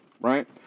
right